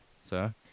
sir